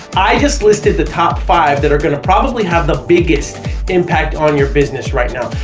i just listed the top five that are gonna probably have the biggest impact on your business right now.